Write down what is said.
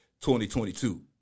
2022